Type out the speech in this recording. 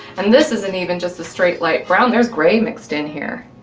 and this isn't even just a straight light brown, there's gray mixed in here.